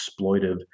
exploitive